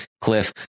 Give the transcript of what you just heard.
cliff